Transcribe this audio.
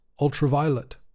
Ultraviolet